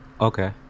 Okay